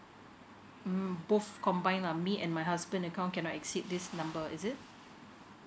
mm both combine lah me and my husband account cannot exceed this number is it